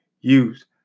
use